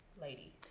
Lady